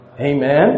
Amen